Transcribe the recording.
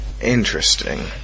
interesting